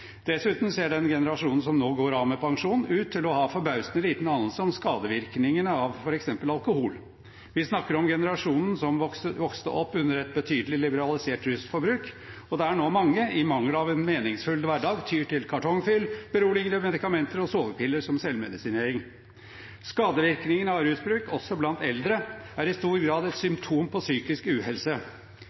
Dessuten ser den generasjonen som nå går av med pensjon, ut til å ha forbausende liten anelse om skadevirkningene av f.eks. alkohol. Vi snakker om generasjonen som vokste opp under et betydelig liberalisert rusforbruk, og det er nå mange som i mangel av en meningsfull hverdag tyr til kartongfyll, beroligende medikamenter og sovepiller som selvmedisinering. Skadevirkningen av rusbruk også blant eldre er i stor grad et symptom på psykisk uhelse.